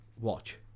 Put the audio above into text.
watch